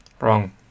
Wrong